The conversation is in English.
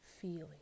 feeling